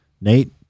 Nate